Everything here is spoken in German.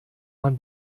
man